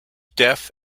deaf